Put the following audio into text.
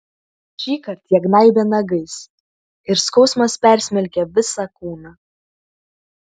šįkart jie gnaibė nagais ir skausmas persmelkė visą kūną